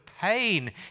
pain